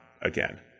again